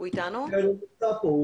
הוא נמצא פה.